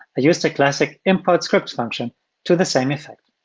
use the classic input scripts function to the same effect.